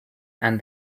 and